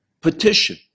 petition